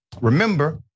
Remember